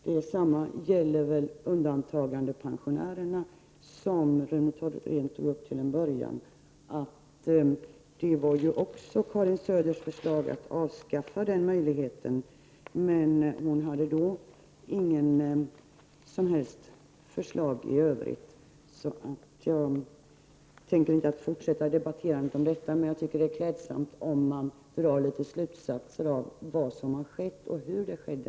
Detsamma gäller väl undantagandepensionärerna som Rune Thorén tog upp. Det var ju också Karin Söders förslag att avskaffa möjligheten till undantag, men hon hade då inget som helst förslag i övrigt. Jag tänker inte fortsätta att debattera om detta, men jag tycker att det är klädsamt att dra slutsatser av vad som skett och hur det skedde.